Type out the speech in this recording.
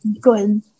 good